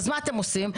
אז מה אתם עושים?